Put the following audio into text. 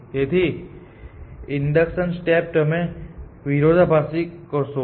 તેથી induction step તમે વિરોધાભાસથી કરશો